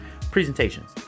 presentations